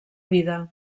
vida